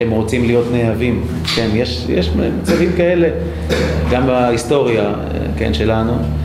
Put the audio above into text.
הם רוצים להיות נאהבים, יש מצבים כאלה גם בהיסטוריה שלנו